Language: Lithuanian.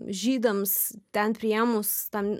žydams ten priėmus ten